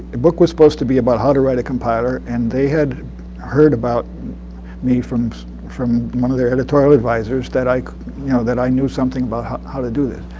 book was supposed to be about how to write a compiler. and they had heard about me from so from one of their editorial advisors, that i you know that i knew something about how how to do this.